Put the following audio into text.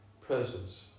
presence